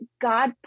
God